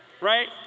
Right